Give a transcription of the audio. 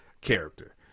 character